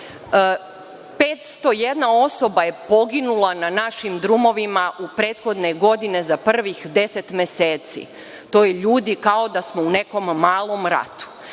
osoba je poginula na našim drumovima u prethodnoj godini za prvih deset meseci. To je ljudi kao da smo u nekom malom ratu.